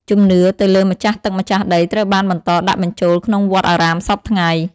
ជំនឿ ទៅលើម្ចាស់ទឹកម្ចាស់ដីត្រូវបានបន្តដាក់បញ្ចូលក្នុងវត្តអារាមសព្វថ្ងៃ។